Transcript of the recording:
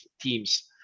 teams